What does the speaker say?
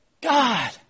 God